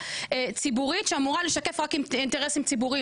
ציבורית שאמורה לשקף רק אינטרסים ציבוריים.